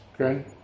Okay